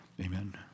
Amen